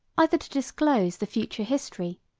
either to disclose the future history,